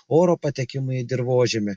oro patekimui į dirvožemį